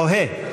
תוהה,